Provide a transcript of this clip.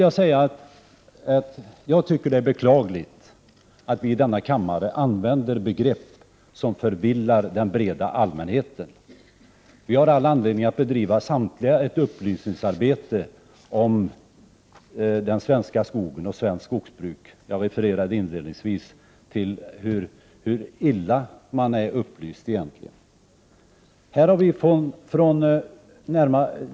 Jag tycker att det är beklagligt att vi i denna kammare använder begrepp som förvillar den breda allmänheten. Vi har samtliga all anledning att bedriva ett upplysningsarbete när det gäller den svenska skogen och svenskt skogsbruk. Jag refererade inledningsvis till hur illa upplyst man egentligen är.